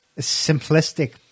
simplistic